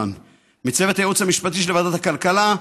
מצוות הייעוץ המשפטי של ועדת הכלכלה,